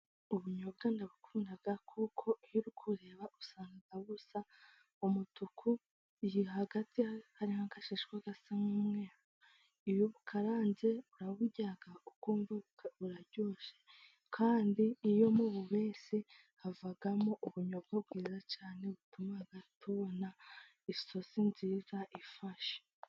Ubunyobwa ndabukunda kuko iyo uri kubureba usanga busa umutuku, hagati hari agashishwa gasa umweru. Iyo ubukaranze uraburya ukumva buraryoshe. Kandi iyo mububese havamo ubunyobwa bwiza cyane butuma tubona isosi nziza ifashe.